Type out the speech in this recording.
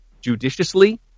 judiciously